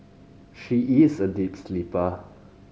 she is a deep sleeper